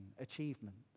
achievements